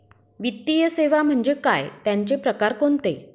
वित्तीय सेवा म्हणजे काय? त्यांचे प्रकार कोणते?